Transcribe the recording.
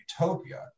utopia